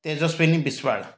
Tejaswini Biswal